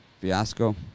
fiasco